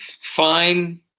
fine